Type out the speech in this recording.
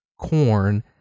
corn